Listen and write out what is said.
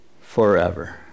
forever